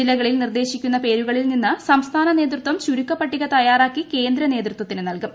ജില്ലകളിൽ നിർദേശിക്കുന്ന പേരുകളിൽ നിന്നു സംസ്ഥാന നേതൃത്വം ചുരുക്കപ്പട്ടിക തയാറാക്കി കേന്ദ്രനേതൃത്വത്തിനു നൽകും